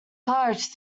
parish